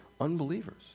unbelievers